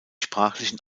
sprachlichen